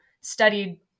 studied